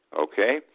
okay